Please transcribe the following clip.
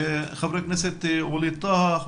חברי כנסת ווליד טאהא,